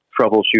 troubleshoot